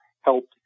helped